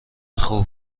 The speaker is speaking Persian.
خوب